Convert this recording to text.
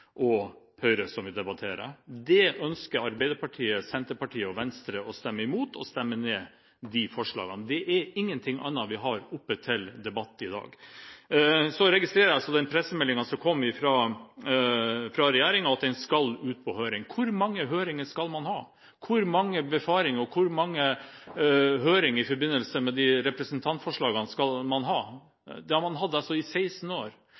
og Høyre, som vi debatterer. De forslagene ønsker Arbeiderpartiet, Senterpartiet, SV og Venstre å stemme imot. Det er ingenting annet vi har oppe til debatt i dag. Jeg registrerer i pressemeldingen som kom fra regjeringen, at forslaget skal ut på høring. Hvor mange høringer skal man ha? Hvor mange befaringer og høringer i forbindelse med representantforslagene skal man ha? Man har hatt disse i 16 år.